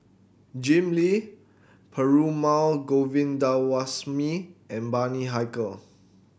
Jim Lim Perumal Govindaswamy and Bani Haykal